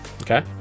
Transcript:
Okay